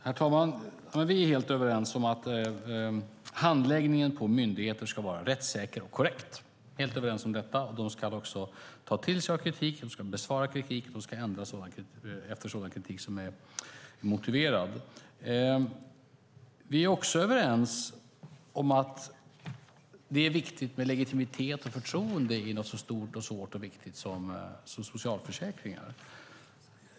Herr talman! Vi är helt överens om att handläggningen på myndigheter ska vara rättssäker och korrekt. De ska också ta till sig av kritik, besvara kritik och göra ändringar efter sådan kritik som är motiverad. Vi är också överens om att det är viktigt med legitimitet och förtroende när det gäller något så stort, svårt och viktigt som socialförsäkringar.